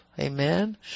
Amen